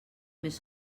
més